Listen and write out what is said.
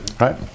Right